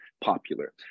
popular